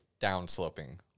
down-sloping